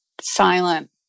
silent